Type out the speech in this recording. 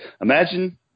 Imagine